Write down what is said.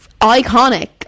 Iconic